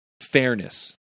fairness